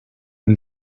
and